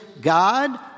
God